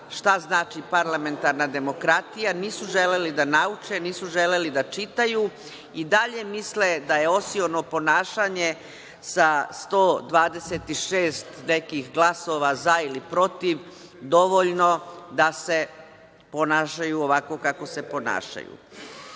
šta znači parlamentarna demokratija, nisu želeli da nauče, nisu želeli da čitaju i dalje misle da je osiono ponašanje sa 126 nekih glasova za ili protiv dovoljno da se ponašaju ovako kako se ponašaju. Vrlo